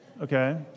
Okay